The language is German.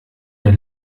der